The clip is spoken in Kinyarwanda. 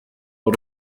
w’u